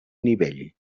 nivell